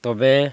ᱛᱚᱵᱮ